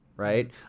right